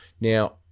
Now